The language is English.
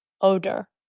odor